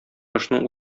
кошның